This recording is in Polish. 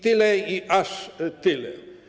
Tyle i aż tyle.